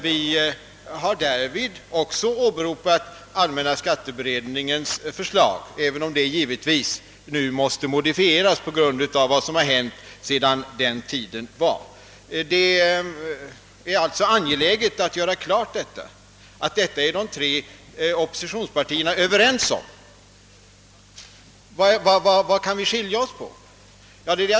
Vi har därvidlag också åberopat allmänna skatteberedningens förslag, även om detta givetvis nu måste modifieras på grund av vad som hänt sedan förslaget avgavs. Det är alltså angeläget att klargöra, att de tre oppositionspartierna är överens om allt detta. På vilka punkter skiljer sig då våra meningar?